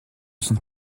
sont